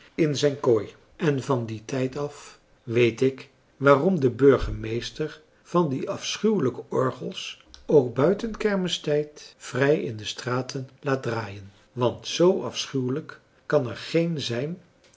in zijn kooi en van dien tijd af weet ik waarom de burgemeester van die afschuwelijke orgels ook buiten kermistijd vrij in de straten laat draaien want zoo afschuwelijk kan er geen zijn